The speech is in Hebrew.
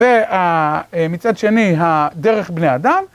ומצד שני, דרך בני אדם.